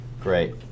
great